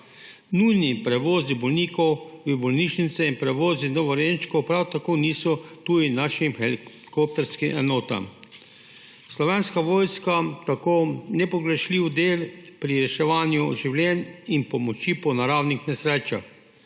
Nujni prevozi bolnikov v bolnišnice in prevozi novorojenčkov prav tako niso tuji našim helikopterskim enotam. Slovenska vojska je tako nepogrešljiv del pri reševanju življenj in pomoči po naravnih nesrečah.